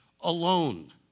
alone